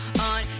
on